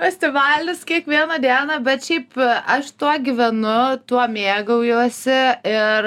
festivalis kiekvieną dieną bet šiaip aš tuo gyvenu tuo mėgaujuosi ir